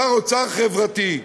שר האוצר חברתי.